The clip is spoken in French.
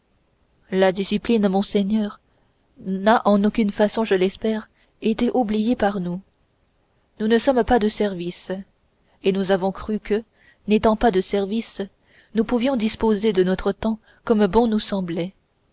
la discipline monseigneur n'a en aucune façon je l'espère été oubliée par nous nous ne sommes pas de service et nous avons cru que n'étant pas de service nous pouvions disposer de notre temps comme bon nous semblait